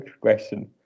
question